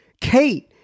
Kate